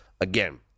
again